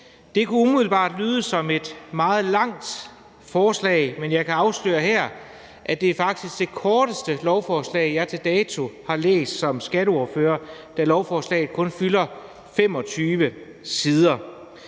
Det kunne umiddelbart lyde som et meget langt forslag, men jeg kan afsløre her, at det faktisk er det korteste lovforslag, jeg til dato har læst som skatteordfører, da lovforslaget kun fylder 25 sider.